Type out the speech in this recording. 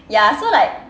ya so like